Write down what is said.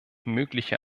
mögliche